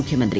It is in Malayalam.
മുഖ്യമന്ത്രി